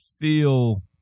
feel